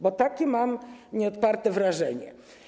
Bo takie mam nieodparte wrażenie.